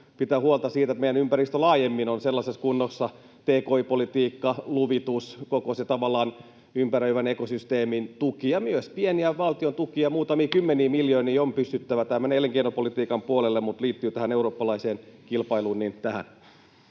pitää huolta siitä, että meidän ympäristö laajemmin on sellaisessa kunnossa — tki-politiikka, luvitus, tavallaan koko se ympäröivän ekosysteemin tuki, ja myös pieniä valtiontukia, muutamia kymmeniä miljoonia, on pystyttävä... Tämä menee elinkeinopolitiikan puolelle, mutta liittyy tähän eurooppalaiseen kilpailuun.